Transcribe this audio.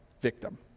victim